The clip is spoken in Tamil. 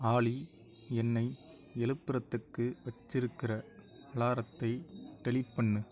ஆலி என்னை எழுப்றதுக்கு வச்சுருக்கிற அலாரத்தை டெலீட் பண்ணு